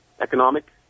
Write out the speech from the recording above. economic